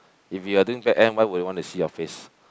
if you are doing back end why would want to see your face